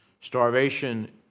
Starvation